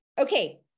Okay